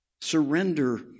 Surrender